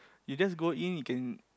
you just go in you can